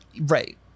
Right